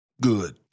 good